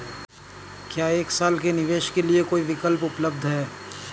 क्या एक साल के निवेश के लिए कोई विकल्प उपलब्ध है?